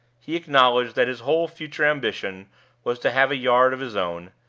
he acknowledged that his whole future ambition was to have a yard of his own,